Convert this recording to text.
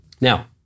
Now